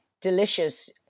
delicious